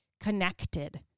connected